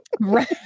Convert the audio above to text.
Right